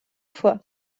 fois